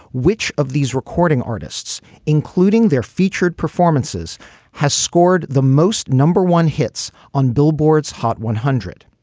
which of these recording artists including their featured performances has scored the most number one hits on billboard's hot one hundred.